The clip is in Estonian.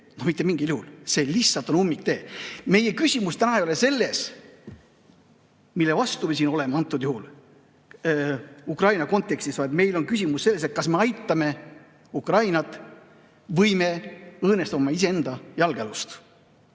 Mitte mingil juhul! See lihtsalt on ummiktee! Meie küsimus täna ei ole selles, mille vastu me siin oleme antud juhul Ukraina kontekstis, vaid meil on küsimus selles, kas me aitame Ukrainat või me õõnestame iseenda jalgealust.